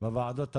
בוועדות המחוזיות,